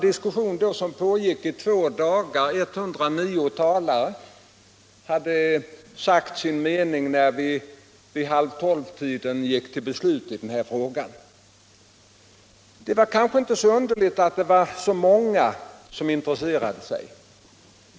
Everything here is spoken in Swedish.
Diskussionen här pågick i två dagar, och 109 talare hade sagt sin mening när vi vid halv 12-tiden på natten gick till beslut i denna fråga. Det var kanske inte underligt att så många var intresserade.